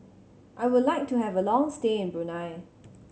I would like to have a long stay in Brunei